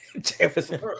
Jefferson